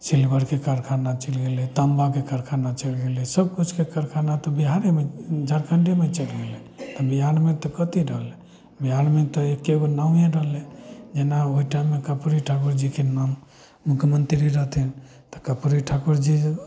सील्वरके कारखाना चलि गेलय ताँबाके कारखाना चलि गेलय सब किछुके कारखाना तऽ बिहारेमे झारखण्डेमे चलि गेलय तऽ बिहारमे तऽ कथी रहलइ बिहारमे तऽ एकोगे नावें रहलइ जेना ओइ टाइममे कर्पूरी ठाकुर जीके नाम मुख्यमन्त्री रहथिन तऽ कर्पूरी ठाकुर जी